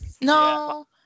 no